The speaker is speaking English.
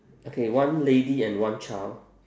okay one lady and one child